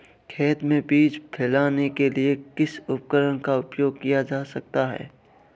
खेत में बीज फैलाने के लिए किस उपकरण का उपयोग किया जा सकता है?